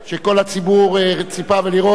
שכל הציבור ציפה לראות.